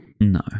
No